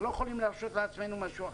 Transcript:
אנחנו לא יכולים להרשות לעצמנו משהו אחר.